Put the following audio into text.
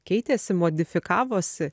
keitėsi modifikavosi